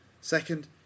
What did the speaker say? second